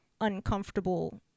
uncomfortable